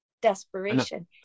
desperation